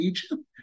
Egypt